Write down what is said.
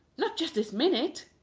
not just this minute.